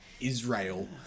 Israel